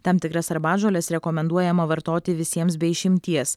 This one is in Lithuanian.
tam tikras arbatžoles rekomenduojama vartoti visiems be išimties